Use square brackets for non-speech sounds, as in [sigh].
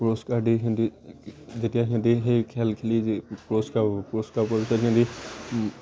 পুৰস্কাৰ দি সিহঁতি যেতিয়া সিহঁতি সেই খেল খেলি পুৰস্কাৰ পুৰস্কাৰ [unintelligible]